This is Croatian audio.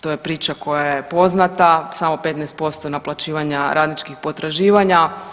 To je priča koja je poznata, samo 15% naplaćivanja radničkih potraživanja.